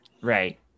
right